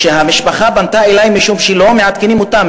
שהמשפחה פנתה אלי משום שלא מעדכנים אותם.